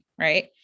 Right